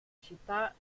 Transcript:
città